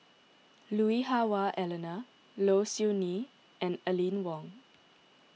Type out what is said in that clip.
Lui Hah Wah Elena Low Siew Nghee and Aline Wong